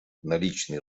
наличный